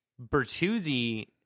Bertuzzi